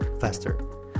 faster